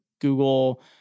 google